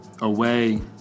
away